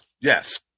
yes